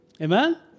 Amen